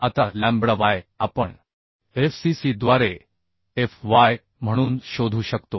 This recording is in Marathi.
आता लॅम्बडा वाय आपण FCC द्वारे Fyम्हणून शोधू शकतो